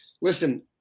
listen